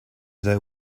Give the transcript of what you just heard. they